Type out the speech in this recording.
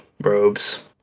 robes